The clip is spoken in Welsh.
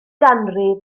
ganrif